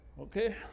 Okay